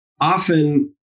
often